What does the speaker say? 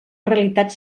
realitat